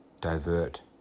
divert